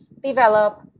Develop